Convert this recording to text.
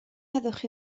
heddwch